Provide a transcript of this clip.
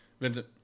Vincent